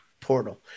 Portal